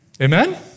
Amen